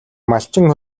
малчин